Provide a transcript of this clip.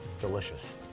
Delicious